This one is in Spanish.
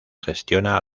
gestiona